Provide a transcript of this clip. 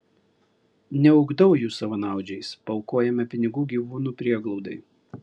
neugdau jų savanaudžiais paaukojame pinigų gyvūnų prieglaudai